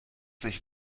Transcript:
sich